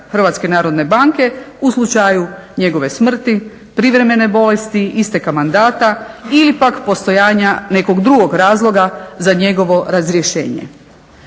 Hrvatske narodne banke u slučaju njegove smrti, privremene bolesti, isteka mandata ili pak postojanja nekog drugog razloga za njegovo razrješenje.